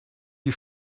die